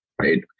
right